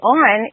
on